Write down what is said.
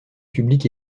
publiques